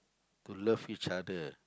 to love each other